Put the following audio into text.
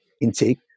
intake